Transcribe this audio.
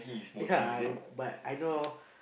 ya I but I know